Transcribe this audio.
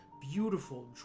beautiful